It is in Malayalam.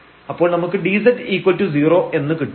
അപ്പോൾ നമുക്ക് dz0 എന്ന് കിട്ടും